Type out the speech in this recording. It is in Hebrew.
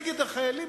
נגד החיילים?